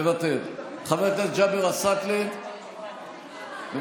מוותר, חבר הכנסת ג'אבר עסאקלה מוותר,